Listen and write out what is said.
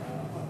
בבקשה.